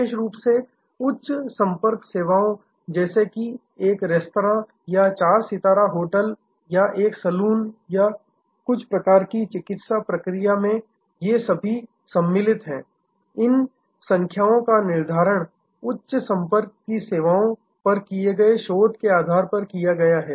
विशेष रूप से उच्च संपर्क सेवाओं जैसे कि एक रेस्तरां या एक 4 सितारा होटल या एक सैलून या कुछ प्रकार की चिकित्सा प्रक्रिया में ये सभी सम्मिलित हैं इन संख्याओं का निर्धारण उच्च स्तर की संपर्क सेवाओं पर किए गए शोध के आधार पर किया गया है